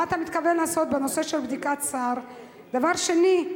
מה אתה מתכוון לעשות בנושא של בדיקת SAR. דבר שני,